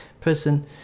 person